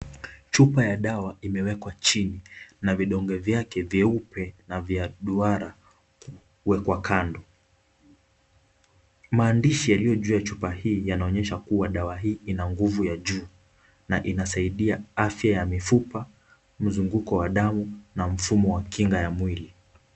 Chupa ya dawa imewekwa chini na vidonge vyake veupe na vya duara kuwekwa kando. Maandishi yaliyo juu ya chupa hii yanaonyesha kuwa dawa hii ina nguvu ya juu na inasaidia afya ya mifupa, mzunguko wa damu na mfumo wa kinga ya mwili.